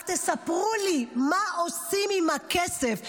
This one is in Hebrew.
רק תספרו לי מה עושים עם הכסף?